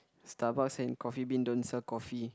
Starbucks and Coffee Bean don't sell coffee